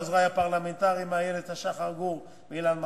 לעוזרי הפרלמנטריים איילת-השחר גור ואילן מרסיאנו,